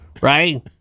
right